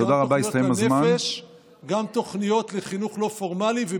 גם תוכניות לנפש,